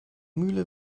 mühle